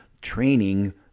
training